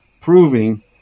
proving